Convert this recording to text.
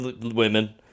Women